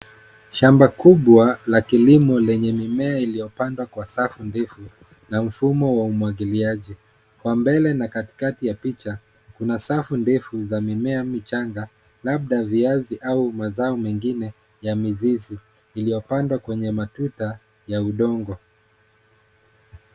Shamba kubwa la kilimo lenye mimea iliyopandwa kwa safu ndefu na mfumo wa umwagiliaji. Kwa mbele na katikati ya picha kuna safu ndefu za mimea michanga labda viazi au mazao mengine ya mizizi iliyopandwa kwenye matuta ya udongo.